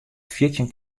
fjirtjin